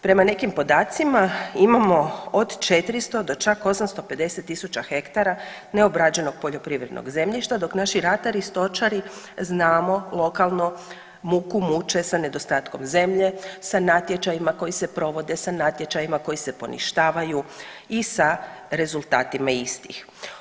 Prema nekim podacima imamo od 400 do čak 850.000 hektara neobrađenog poljoprivrednog zemljišta dok naši ratari, stočari znamo lokalno muku muče sa nedostatkom zemlje, sa natječajima koji se provode sa natječajima koji se poništavaju i sa rezultatima istih.